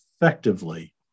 effectively